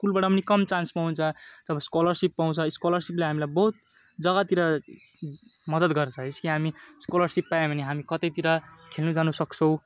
स्कुलबाट पनि कम चान्स पाउँछ तब स्कलरसिप पाउँछ स्कलरसिपले हामीलाई बहुत जगातिर मदत गर्छ जस्तो कि हामी स्कलरसिप पायो भने कतैतिर खेल्नु जानु सक्छौँ